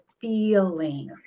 feeling